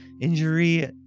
injury